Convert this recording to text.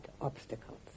obstacles